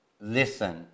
Listen